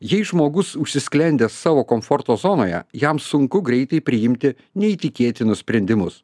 jei žmogus užsisklendęs savo komforto zonoje jam sunku greitai priimti neįtikėtinus sprendimus